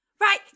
right